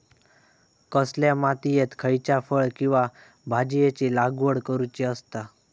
कसल्या मातीयेत खयच्या फळ किंवा भाजीयेंची लागवड करुची असता?